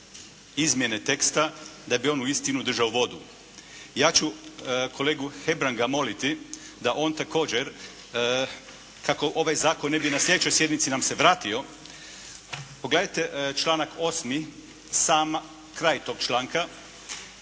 izmjene teksta da bi on uistinu držao vodu. Ja ću kolegu Hebranga moliti da on također kako ovaj zakon ne bi na slijedećoj sjednici nam se vratio, pogledajte članak 8., sam kraj tog članka